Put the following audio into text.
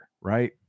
right